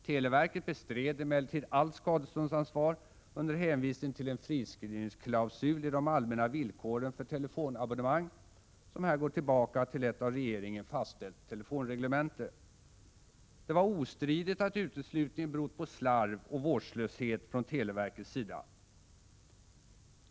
Televerket bestred emellertid allt skadeståndsansvar, under hänvisning till en friskrivningsklausul i de allmänna villkoren för telefonabonnemang, som här går tillbaka till ett av regeringen fastställt telefonreglemente. Det var ostridigt att uteslutningen berott på slarv och vårdslöshet från televerkets sida.